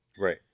right